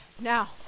Now